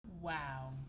Wow